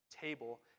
table